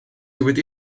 wedi